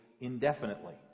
indefinitely